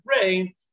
brain